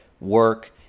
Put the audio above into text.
work